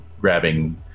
grabbing